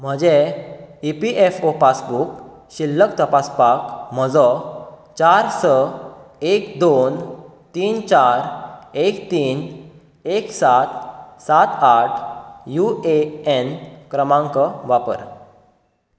म्हजें E P F O passbook शिल्लक तपासपाक म्हजो चार स एक दोन तीन चार एक तीन एक सात सात आठ यू ए न क्रमांक वापर